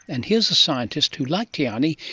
and here's a scientist who, like tiahni,